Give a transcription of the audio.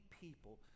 people